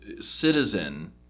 citizen